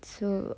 so